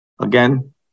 again